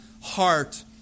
heart